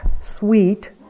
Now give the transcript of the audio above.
sweet